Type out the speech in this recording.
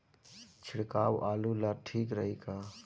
छिड़काव आलू ला ठीक रही का?